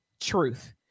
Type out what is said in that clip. truth